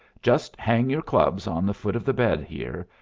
just hang your clubs on the foot of the bed here,